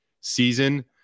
season